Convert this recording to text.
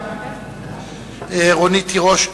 רונית תירוש.